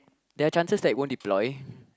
there are chances that it won't deploy